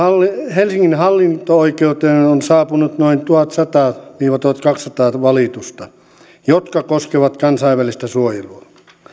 helsingin hallinto oikeuteen on saapunut noin tuhatsata viiva tuhatkaksisataa valitusta jotka koskevat kansainvälistä suojelua